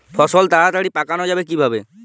ফসল তাড়াতাড়ি পাকানো যাবে কিভাবে?